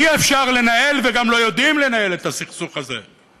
אי-אפשר לנהל, וגם לא יודעים לנהל את הסכסוך הזה.